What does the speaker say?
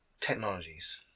technologies